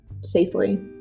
safely